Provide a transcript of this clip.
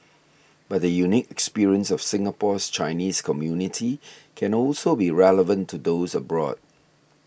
but the unique experience of Singapore's Chinese community can also be relevant to those abroad